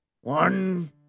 One